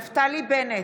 נפתלי בנט,